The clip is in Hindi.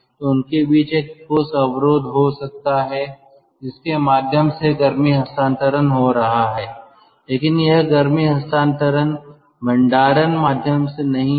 तो उनके बीच एक ठोस अवरोध हो सकता है जिसके माध्यम से गर्मी हस्तांतरण हो रहा है लेकिन यह गर्मी हस्तांतरण भंडारण माध्यम से नहीं है